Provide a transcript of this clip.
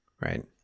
right